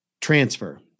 transfer